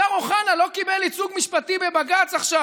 השר אוחנה לא קיבל ייצוג משפטי בבג"ץ עכשיו